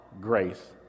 grace